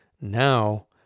now